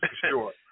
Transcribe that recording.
sure